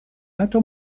حتی